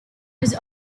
was